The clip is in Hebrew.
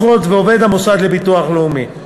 אחות ועובד המוסד לביטוח לאומי.